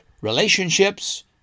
relationships